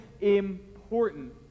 important